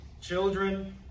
Children